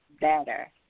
better